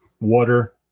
water